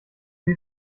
sie